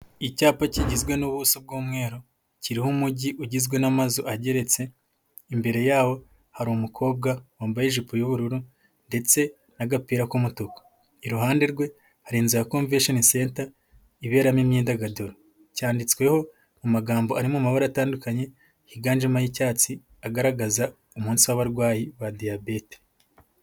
Icyapa kigizwe n'ubuso bw'umweru kiriho umujyi ugizwe n'amazu ageretse, imbere yawo hari umukobwa wambaye ijipo y'ubururu ndetse n'agapira k'umutuku, iruhande rwe hari inzu ya convention centre iberamo imyidagaduro. Cyanditsweho amagambo ari mu mabara atandukanye higanjemo ay'icyatsi agaragaza umunsi w'abarwayi ba diyabete.